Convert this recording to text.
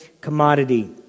commodity